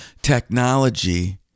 technology